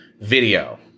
video